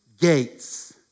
gates